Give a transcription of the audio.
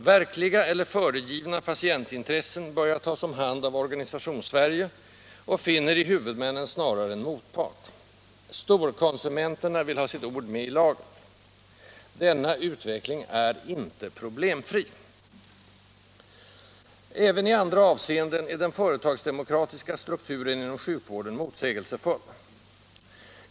Verkliga, eller föregivna, patientintressen börjar tas om hand av Organisationssverige och finner i huvudmännen snarare en motpart. Storkonsumenterna vill ha sitt ord med i laget. Denna utveckling är inte problemfri. Även i andra avseenden är den företagsdemokratiska strukturen inom sjukvården motsägelsefull.